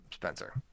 Spencer